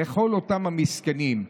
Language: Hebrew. לאותם המסכנים.